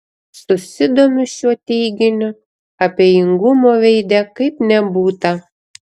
susidomiu šiuo teiginiu abejingumo veide kaip nebūta